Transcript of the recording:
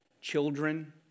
children